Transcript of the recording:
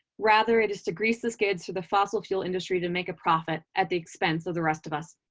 rather, it is to grease the skids for the fossil fuel industry to make a profit at the expense of the rest of us.